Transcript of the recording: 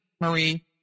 Marie